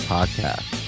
Podcast